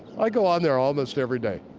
i go on there almost every day.